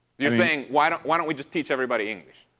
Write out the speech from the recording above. you're saying, why don't why don't we just teach everybody english?